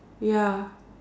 ya